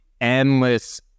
endless